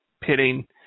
pitting